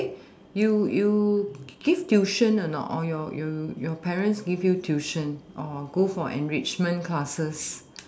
you you give tuition or not or your your your parents give you tuition or go for enrichment classes